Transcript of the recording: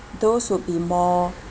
those will be more